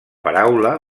paraula